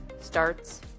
starts